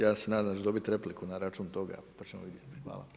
Ja se nadam da ću dobiti repliku na račun toga pa ćemo vidjeti.